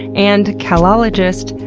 and kalologist,